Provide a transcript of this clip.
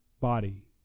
body